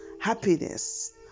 happiness